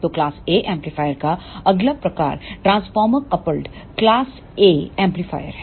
तो class A amplifier का अगला प्रकार transformer coupled class A amplifier है